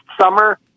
summer